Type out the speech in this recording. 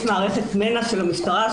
יש מערכת מנ"ע של המשטרה,